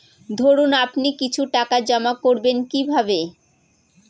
ধরুন আপনি কিছু টাকা জমা করবেন কিভাবে?